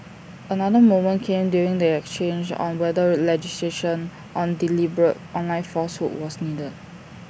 another moment came during the exchange on whether legislation on deliberate online falsehood was needed